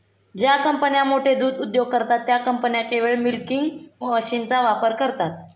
ज्या कंपन्या मोठे दूध उद्योग करतात, त्या कंपन्या केवळ मिल्किंग मशीनचा वापर करतात